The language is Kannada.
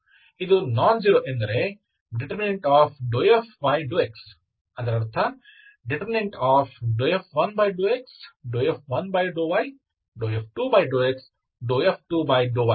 ಇದು ನಾನ್ ಜೀರೋ ಎಂದರೆ detdFdx F1∂x F1∂y F2∂x F2∂y ≠0